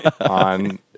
on